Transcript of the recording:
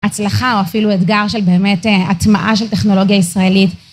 הצלחה או אפילו אתגר של באמת הטמעה של טכנולוגיה ישראלית.